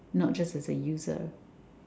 not just as a user